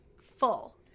full